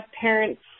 parents